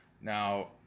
Now